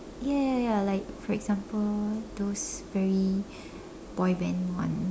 ya ya ya like for example those very boy band one